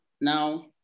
Now